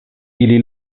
ili